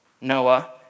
Noah